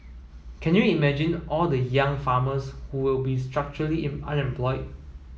can you imagine all the young farmers who will be structurally unemployed